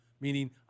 meaning